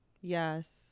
Yes